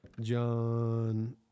John